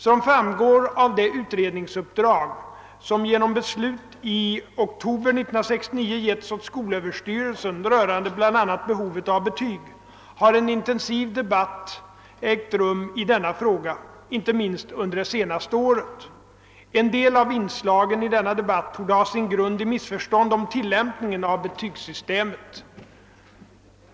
Som framgår av det utredningsuppdrag som genom beslut i oktober 1969 getts åt skolöverstyrelsen rörande bl.a. behovet av betyg har en intensiv debatt ägt rum i denna fråga, inte minst under det senaste året. En del av inslagen i denna debatt torde ha sin grund i missförstånd om tillämpningen av betygssystemet.